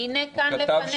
הנה כאן לפנייך.